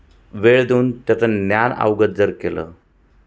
वेळ देऊन त्याचं ज्ञान अवगत जर केलं